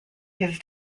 his